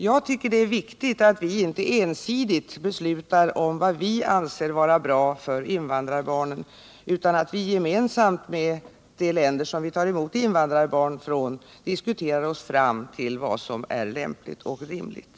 Jag tycker det är viktigt att vi inte ensidigt beslutar om vad vi anser vara bra för invandrarbarnen, utan att vi gemensamt med de länder vi tar emot invandrarbarn från diskuterar oss fram till vad som är lämpligt och rimligt.